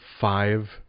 five